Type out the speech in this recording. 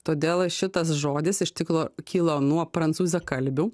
todėl šitas žodis iš ciklo kilo nuo prancūziakalbių